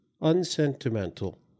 unsentimental